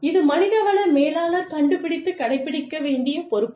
இது மனித வள மேலாளர் கண்டுபிடித்துக் கடைப்பிடிக்க வேண்டிய பொறுப்பு